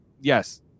yes